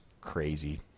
crazy